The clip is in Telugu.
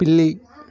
పిల్లి